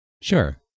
Sure